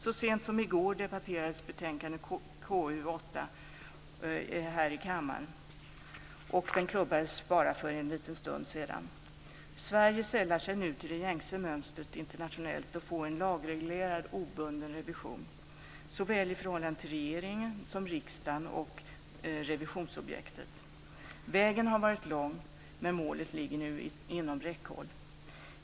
Så sent som i går debatterades betänkandet KU8 här i kammaren, och det klubbades igenom bara för en liten stund sedan. Sverige sällar sig nu till det gängse mönstret internationellt och får en lagreglerad obunden revision i förhållande till såväl regeringen som riksdagen och revisionsobjektet. Vägen har varit lång, men målet ligger nu inom räckhåll.